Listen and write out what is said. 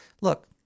Look